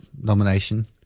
nomination